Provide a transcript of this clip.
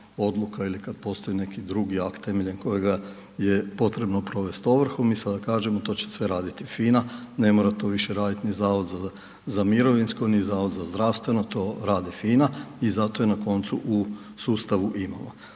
odluka ili kad postoji neki drugi akt temeljem kojega je potrebno provesti ovrhu. Mi sada kažemo to će sve raditi FINA, ne mora to više raditi ni Zavod za mirovinsko, ni Zavod za zdravstveno, to radi FINA i zato je na koncu u sustavu imamo.